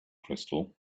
crystal